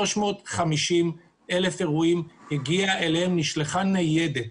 ב-350,000 אירועים נשלחה ניידת.